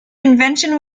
invention